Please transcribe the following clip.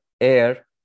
air